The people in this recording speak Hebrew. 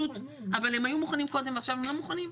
הם היו מוכנים קודם ועכשיו הם לא מוכנים?